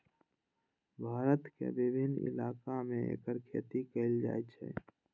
भारत के विभिन्न इलाका मे एकर खेती कैल जाइ छै